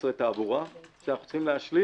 מוצרי תעבורה שאנחנו צריכים להשלים.